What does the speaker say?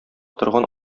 торган